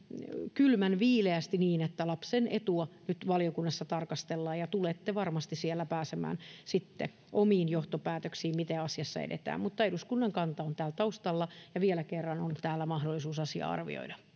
kylmän viileästi niin että lapsen etua nyt valiokunnassa tarkastellaan ja tulette varmasti siellä pääsemään sitten omiin johtopäätöksiin siitä miten asiassa edetään mutta eduskunnan kanta on täällä taustalla ja vielä kerran on täällä mahdollisuus asia arvioida